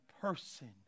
person